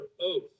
oath